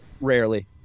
rarely